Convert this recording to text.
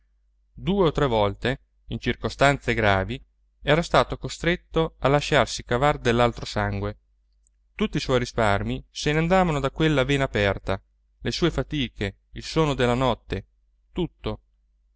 due o tre volte in circostanze gravi era stato costretto a lasciarsi cavar dell'altro sangue tutti i suoi risparmi se ne andavano da quella vena aperta le sue fatiche il sonno della notte tutto